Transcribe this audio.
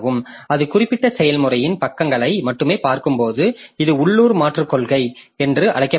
அது குறிப்பிட்ட செயல்முறையின் பக்கங்களை மட்டுமே பார்க்கும்போது இது உள்ளூர் மாற்றுக் கொள்கை என்று அழைக்கப்படுகிறது